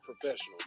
Professional